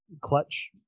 clutch